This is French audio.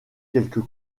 quelques